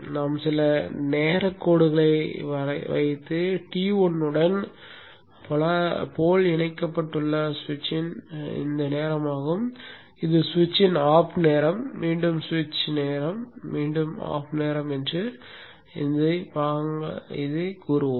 நாம் சில நேரக் கோடுகளை வைத்து T1 உடன் துருவம் இணைக்கப்பட்டுள்ள சுவிட்சின் நேரமாகும் இது சுவிட்சின் ஆஃப் நேரம் மீண்டும் சுவிட்ச் நேரம் மீண்டும் ஆஃப் நேரம் என்று பாகங்களாக்குவோம்